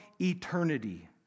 eternity